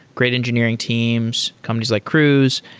great engineering teams, companies like cruise.